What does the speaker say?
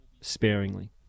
sparingly